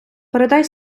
перекладай